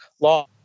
law